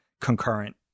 concurrent